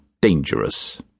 dangerous